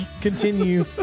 continue